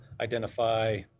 identify